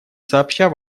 сообща